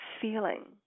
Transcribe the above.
feeling